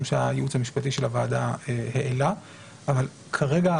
שהייעוץ המשפטי של הוועדה העלה אבל כרגע,